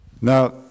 Now